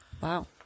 Wow